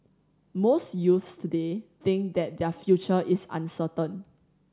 most youths today think that their future is uncertain